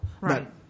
Right